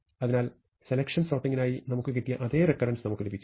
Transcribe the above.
അതിനാൽ സെലക്ഷൻ സോർട്ടിംഗിനായി നമുക്ക് കിട്ടിയ അതേ റെക്കരൻസ് നമുക്ക് ലഭിക്കുന്നു